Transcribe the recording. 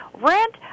rent